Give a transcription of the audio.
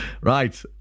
Right